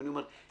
אני אומר,